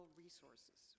resources